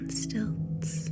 stilts